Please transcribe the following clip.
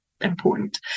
important